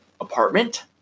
apartment